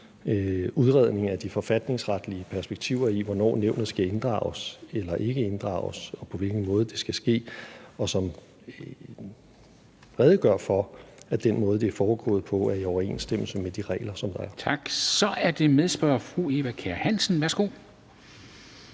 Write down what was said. udredning af de forfatningsretlige perspektiver i, hvornår nævnet skal inddrages eller ikke inddrages, og på hvilken måde det skal ske. Den redegør for, at den måde, det er foregået på, er i overensstemmelse med de regler, der er. Kl. 13:34 Formanden (Henrik Dam Kristensen): Tak.